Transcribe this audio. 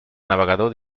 navegador